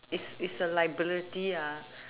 it's it's a liability